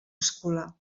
escolar